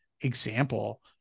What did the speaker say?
example